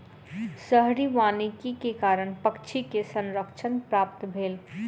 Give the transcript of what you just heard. शहरी वानिकी के कारण पक्षी के संरक्षण प्राप्त भेल